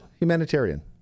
Humanitarian